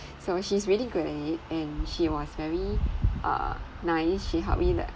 so she's really great and she was very uh nice she help me the